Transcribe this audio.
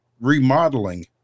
remodeling